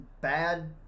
bad